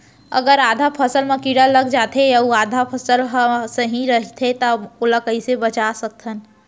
अगर आधा फसल म कीड़ा लग जाथे अऊ आधा फसल ह सही रइथे त ओला कइसे बचा सकथन?